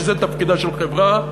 שזה תפקידה של חברה,